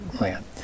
land